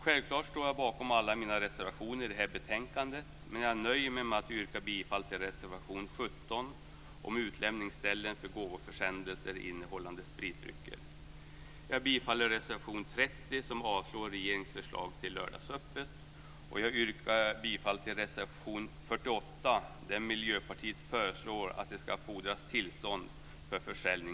Självklart står jag bakom alla mina reservationer i det här betänkandet, men jag nöjer mig med att yrka bifall till reservation 17 om utlämningsställen för gåvoförsändelser innehållande spritdrycker, till reservation 30, som innebär avslag på regeringens förslag till lördagsöppet, och till reservation